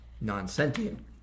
non-sentient